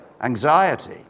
anxiety